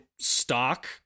stock